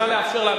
נא לאפשר להמשיך,